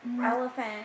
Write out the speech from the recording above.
Elephant